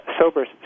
SOBER